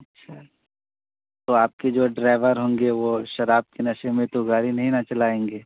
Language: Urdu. اچھا ہے تو آپ کے جو ڈرائیور ہوں گے وہ شراب کے نشے میں تو گاری نہیں نہ چلائیں گے